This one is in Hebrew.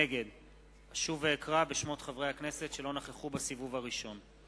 נגד אשוב ואקרא בשמות חברי הכנסת שלא נכחו בסיבוב הראשון.